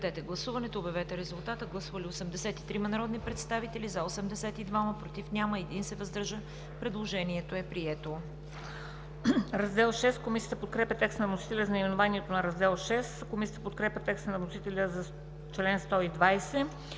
Раздел VI. Комисията подкрепя текста на вносителя за чл. 120.